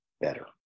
better